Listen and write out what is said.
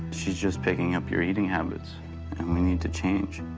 she's just picking up your eating habits and we need to change.